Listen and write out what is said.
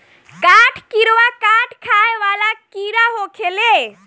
काठ किड़वा काठ खाए वाला कीड़ा होखेले